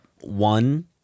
one